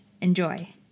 Enjoy